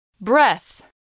Breath